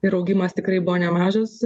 ir augimas tikrai buvo nemažas